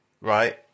right